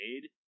made